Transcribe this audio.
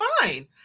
fine